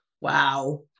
Wow